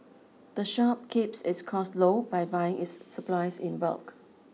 the shop keeps its costs low by buying its supplies in bulk